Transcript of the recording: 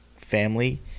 family